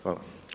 Hvala.